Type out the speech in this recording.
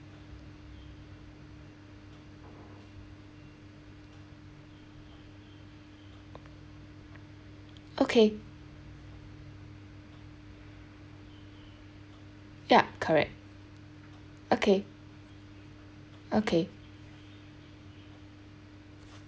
okay yeah correct okay okay